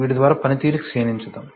వీటి ద్వారా పనితీరు క్షీణించదు